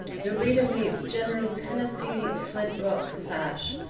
the reader meets general tennessee flintrock sash,